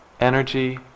energy